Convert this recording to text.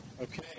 Okay